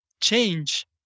change